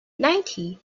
ninety